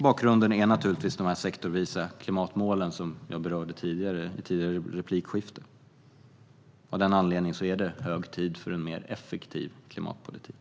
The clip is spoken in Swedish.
Bakgrunden är naturligtvis de sektorsvisa klimatmål som jag berörde i ett tidigare replikskifte. Av den anledningen är det hög tid för en mer effektiv klimatpolitik.